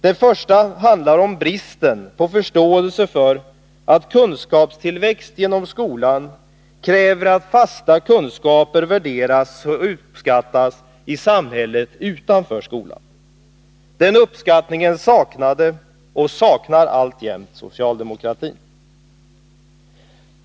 Det första handlar om bristen på förståelse för att kunskapstillväxt genom skolan kräver att fasta kunskaper värderas och uppskattas i samhället utanför skolan. Den uppskattningen saknade — och saknar alltjämt — socialdemokratin.